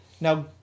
Now